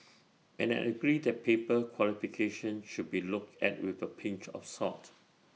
and I agree that paper qualifications should be looked at with A pinch of salt